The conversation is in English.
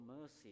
mercy